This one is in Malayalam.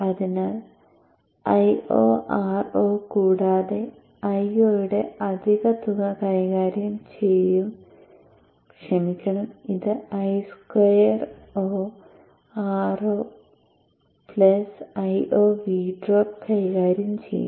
അതിനാൽ IoRo കൂടാതെ Io യുടെ അധിക തുക കൈകാര്യം ചെയ്യും ക്ഷമിക്കണം ഇത് I2oRo IoV ഡ്രോപ്പ് കൈകാര്യം ചെയ്യും